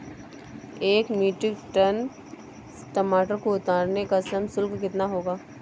एक metric tonne टमाटर को उतारने का श्रम शुल्क कितना होगा?